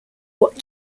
what